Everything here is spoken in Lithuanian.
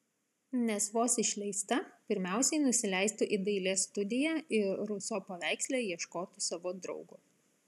nes vos išleista pirmiausiai nusileistų į dailės studiją ir ruso paveiksle ieškotų savo draugo